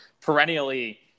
perennially